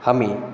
हमें